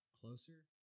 closer